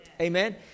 Amen